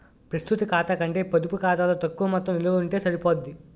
ప్రస్తుత ఖాతా కంటే పొడుపు ఖాతాలో తక్కువ మొత్తం నిలవ ఉంటే సరిపోద్ది